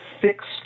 fixed